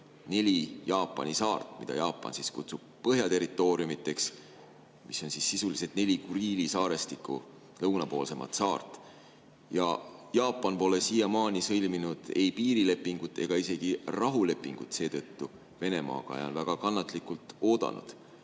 neli Jaapani saart, mida Jaapan kutsub Põhjaterritooriumiks ja mis on sisuliselt neli Kuriili saarestiku lõunapoolsemat saart. Ja Jaapan pole seetõttu siiamaani sõlminud ei piirilepingut ega isegi rahulepingut Venemaaga ja on väga kannatlikult oodanud.